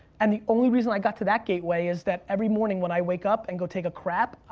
and the only reason i got to that gateway is that every morning when i wake up and go take a crap,